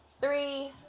Three